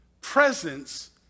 presence